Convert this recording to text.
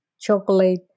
chocolate